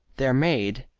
their maid,